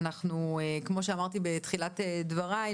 אנחנו כמו שאמרתי בתחילת דבריי,